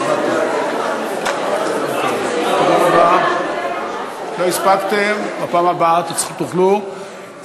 הרווחה והבריאות בדבר פיצול הצעת חוק שכר שווה לעובדת ולעובד (תיקון,